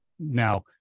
Now